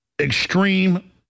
extreme